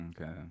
okay